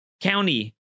County